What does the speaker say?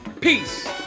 Peace